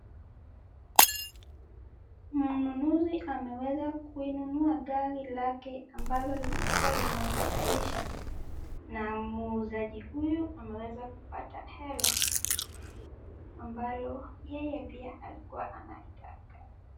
Mnunuzi ameweza kuinunua gari lake ambalo lilikuwa limemfurahisha na muuzaji huyu ameweza kupata hela ambalo yeye pia alikuwa anaitaka.